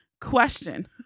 question